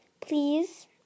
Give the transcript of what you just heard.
Please